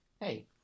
Hey